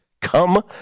Come